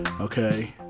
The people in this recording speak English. okay